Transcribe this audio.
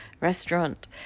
restaurant